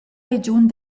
regiun